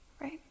right